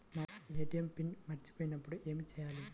నా ATM PIN మర్చిపోయినప్పుడు ఏమి చేయాలి?